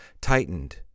tightened